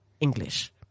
English